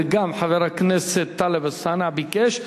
וגם חבר הכנסת טלב אלסאנע ביקש,